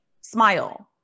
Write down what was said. smile